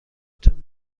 تان